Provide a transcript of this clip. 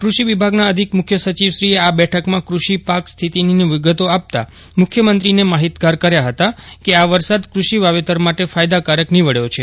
કૃષિ વિભાગના અધિક મુખ્ય સચિવશ્રીએ આ બેઠક્યાં કૃષિ પાક સ્થિતિની વિગતો આપતા મુખ્યમંત્રીશ્રીને માહિતગાર કર્યા હતાં કે આ વરસાદ કૂષિ વાવેતર માટે ફાયદાકારક નિવડ્યો છે